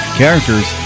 characters